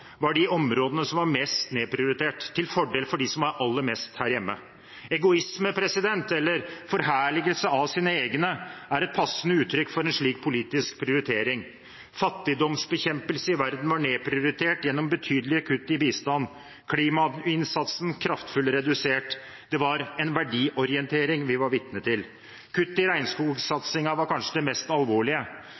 var de områdene som var mest nedprioritert, til fordel for dem som har aller mest her hjemme. Egoisme, eller forherligelse av sine egne, er et passende uttrykk for en slik politisk prioritering. Fattigdomsbekjempelse i verden var nedprioritert gjennom betydelige kutt i bistanden, klimainnsatsen kraftfullt redusert. Det var en verdiorientering vi var vitne til. Kuttet i regnskogsatsingen var kanskje det mest alvorlige,